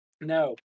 No